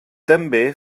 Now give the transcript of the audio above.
també